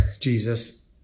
Jesus